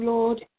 Lord